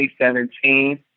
2017 –